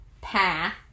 path